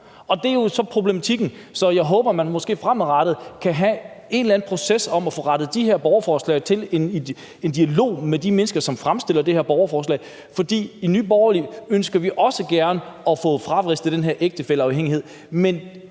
og det er jo så problematikken. Så jeg håber, man måske fremadrettet kan have en eller anden proces, hvor man får rettet de her borgerforslag til og får en dialog med de mennesker, som stiller borgerforslagene. For i Nye Borgerlige ønsker vi også at få afskaffet den her ægtefælleafhængighed,